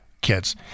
kids